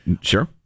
Sure